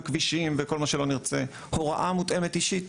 כבישים וכל מה שלא נרצה; הוראה מותאמת אישית